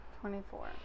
Twenty-four